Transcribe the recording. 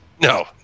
No